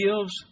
gives